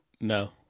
No